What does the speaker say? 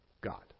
God